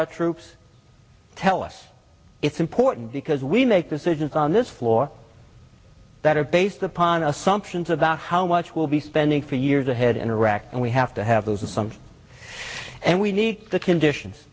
our troops tell us it's important because we make decisions on this floor that are based upon assumptions about how much will be spending for years ahead in iraq and we have to have those assumptions and we need the conditions